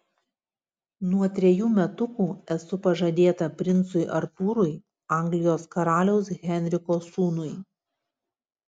nuo trejų metukų esu pažadėta princui artūrui anglijos karaliaus henriko sūnui